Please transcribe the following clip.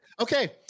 Okay